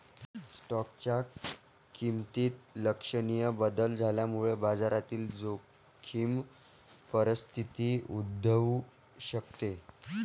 स्टॉकच्या किमतीत लक्षणीय बदल झाल्यामुळे बाजारातील जोखीम परिस्थिती उद्भवू शकते